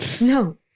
No